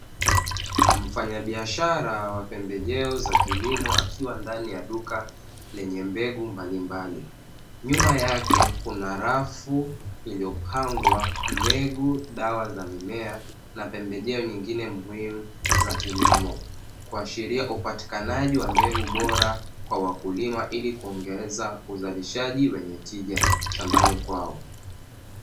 Mfanyabiashara wa pembejeo za kilimo akiwa ndani ya duka lenye mbegu mbalimbali, nyuma yake kuna rafu zilizopangwa mbegu, dawa za mimea na pembejeo zingine muhimu za kilimo. Kuashiria upatikanaji wa mbegu bora kwa wakulima, ili kuongeza uzalishaji wenye tija, shambani kwao.